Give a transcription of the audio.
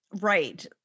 Right